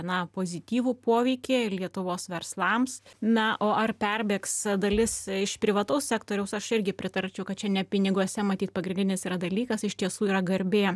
na pozityvų poveikį lietuvos verslams na o ar perbėgs dalis iš privataus sektoriaus aš irgi pritarčiau kad čia ne piniguose matyt pagrindinis yra dalykas iš tiesų yra garbė